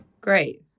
Great